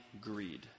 greed